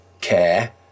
care